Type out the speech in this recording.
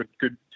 good